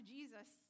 Jesus